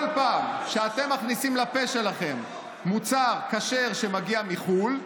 כל פעם שאתם מכניסים לפה שלכם מוצר כשר שמגיע מחו"ל,